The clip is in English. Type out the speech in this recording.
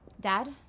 Dad